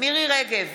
מירי מרים רגב,